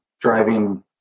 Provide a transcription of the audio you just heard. driving